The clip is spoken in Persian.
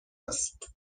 است